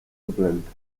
suplente